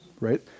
right